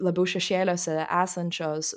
labiau šešėliuose esančios